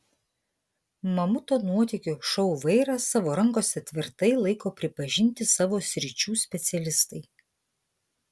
mamuto nuotykių šou vairą savo rankose tvirtai laiko pripažinti savo sričių specialistai